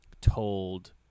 told